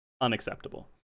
unacceptable